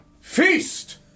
Feast